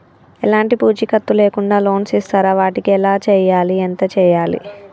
ఎలాంటి పూచీకత్తు లేకుండా లోన్స్ ఇస్తారా వాటికి ఎలా చేయాలి ఎంత చేయాలి?